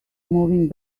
moving